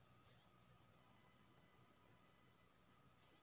Credit card के limit कोन सब चीज पर निर्भर करै छै?